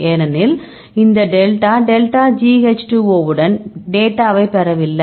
ஏனெனில் இந்த delta delta G H 2 O உடன் டேட்டாவை பெறவில்லை